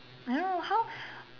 I don't know how